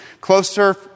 closer